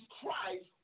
Christ